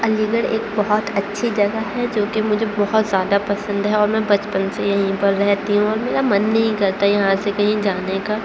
علی گڑھ ایک بہت اچھی جگہ ہے جو کہ مجھے بہت زیادہ پسند ہے اور میں بچپن سے یہیں پر رہتی ہوں اور میرا من نہیں کرتا ہے یہاں سے کہیں جانے کا